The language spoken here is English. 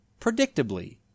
predictably